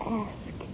ask